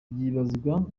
vyibazwa